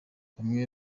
bamwe